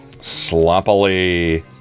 Sloppily